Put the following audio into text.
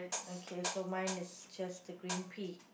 okay so mine is just the green pea